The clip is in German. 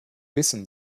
wissen